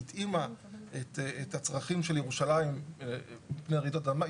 התאימה את הצרכים של ירושלים לרעידות אדמה.